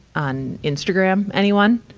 on instagram, anyone?